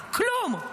כלום.